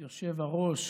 אדוני היושב-ראש,